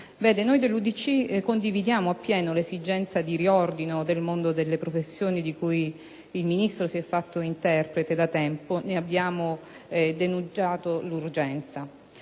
Vede, noi dell'UDC condividiamo appieno l'esigenza di riordino del mondo delle professioni di cui il Ministro si è fatto interprete: da tempo ne abbiamo denunciato l'urgenza.